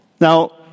Now